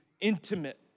intimate